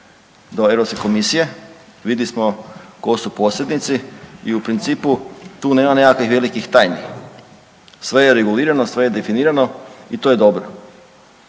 do Europske komisije, vidli smo tko su posrednici i u principu tu nema nekakvih velikih tajni. Sve je regulirano, sve je definirano i to je dobro.